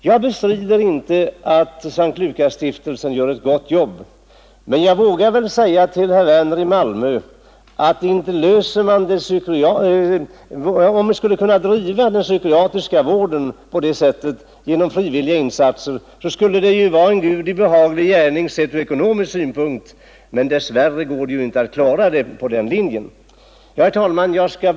Jag bestrider inte att S:t Lukasstiftelsen gör ett gott arbete, men jag vågar ändå säga till herr Werner i Malmö att om vi skulle kunna driva den psykiatriska vården genom frivilliga insatser vore det en Gudi behaglig gärning ur ekonomisk synpunkt. Dessvärre går det inte att klara den psykiatriska vården enbart på den linjen. Herr talman!